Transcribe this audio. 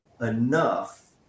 enough